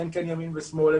אין כאן ימין ושמאל,